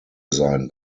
sein